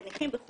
זה נכים וכו',